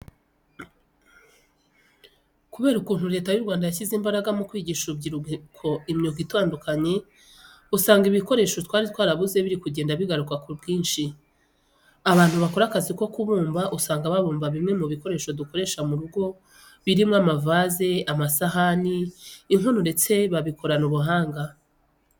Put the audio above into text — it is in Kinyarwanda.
Kubera ukuntu Leta y'u Rwanda yashyize imbaraga mu kwigisha urubyiruko imyuga itandukanye, usanga ibikoresho twari twarabuze biri kugenda bigaruka ku bwinshi. Abantu bakora akazi ko kubumba usanga babumba bimwe mu bikoresho dukoresha mu rugo birimo amavaze, amasahani, inkono ndetse babikorana ubuhanga.